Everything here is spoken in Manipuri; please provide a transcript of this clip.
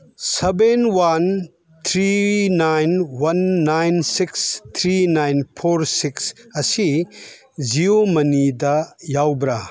seven one three nine one nine six three nine four six ꯑꯁꯤ ꯖꯤꯑꯣ ꯃꯅꯤꯗ ꯌꯥꯎꯕ꯭ꯔꯥ